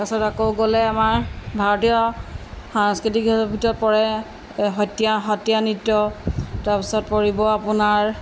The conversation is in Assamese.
তাৰপাছত আকৌ গ'লে আমাৰ ভাৰতীয় সাংস্কৃতিক ভিতৰত পৰে সত্ৰীয়া সত্ৰীয়া নৃত্য তাৰপিছত পৰিব আপোনাৰ